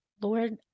lord